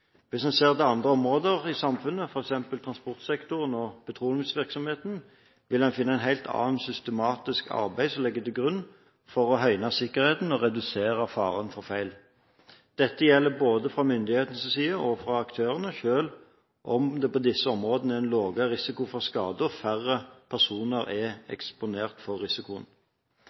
Hvis en ser til andre områder i samfunnet, f.eks. transportsektoren og petroleumsvirksomheten, vil en finne et helt annet systematisk arbeid som ligger til grunn for å høyne sikkerheten og redusere faren for feil. Dette gjelder både fra myndighetenes side og fra aktørene, selv om det på disse områdene er lavere risiko for skade og færre personer er eksponert for risikoen.